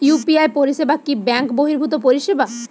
UPI পরিসেবা কি bank বর্হিভুত পরিসেবা?